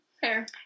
Fair